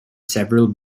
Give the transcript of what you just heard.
several